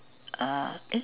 ah eh